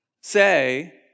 say